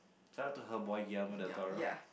shout out to her boy